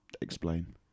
Explain